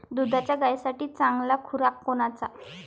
दुधाच्या गायीसाठी चांगला खुराक कोनचा?